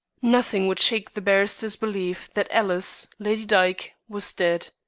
nothing would shake the barrister's belief that alice, lady dyke, was dead.